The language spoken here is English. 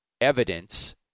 evidence